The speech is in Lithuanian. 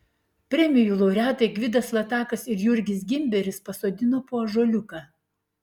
premijų laureatai gvidas latakas ir jurgis gimberis pasodino po ąžuoliuką